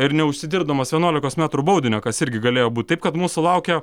ir neužsidirbdamas vienuolikos metrų baudinio kas irgi galėjo būti taip kad mūsų laukia